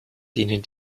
denen